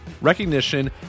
recognition